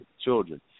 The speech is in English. children